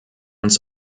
uns